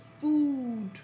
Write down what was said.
food